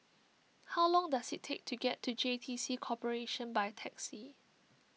how long does it take to get to J T C Corporation by taxi